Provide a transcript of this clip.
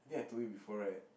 think I told you before [right]